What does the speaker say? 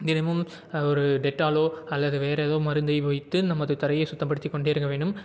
தினமும் ஒரு டெட்டாலோ அல்லது வேற எதோ மருந்தை வைத்து நமது தரையை சுத்தப்படுத்தி கொண்டிருக்க வேண்டும்